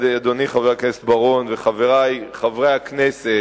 אדוני חבר הכנסת בר-און וחברי חברי הכנסת,